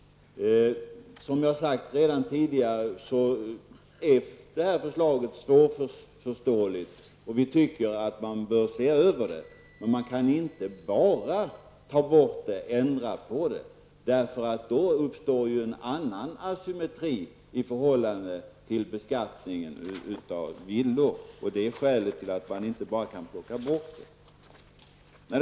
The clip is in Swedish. Som jag sagt redan tidigare är förslaget svårförståeligt, och vi tycker att man bör se över det. Men man kan inte bara ta bort detta och ändra på det, för då uppstår en annan asymmetri i förhållande till beskattningen av villor. Det är skälet till att man inte bara kan plocka bort detta.